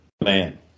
man